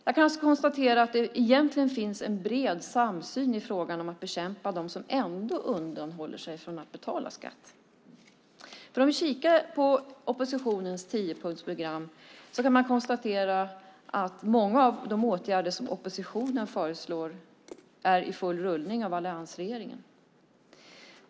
Jag kan alltså konstatera att det egentligen finns en bred samsyn i frågan om att bekämpa dem som ändå undanhåller sig från att betala skatt, för om vi kikar på oppositionens tiopunktsprogram kan vi konstatera att många av de åtgärder som oppositionen föreslår redan har satts i full rullning av alliansregeringen.